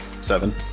Seven